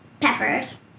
peppers